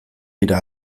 dira